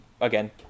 again